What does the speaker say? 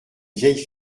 vieille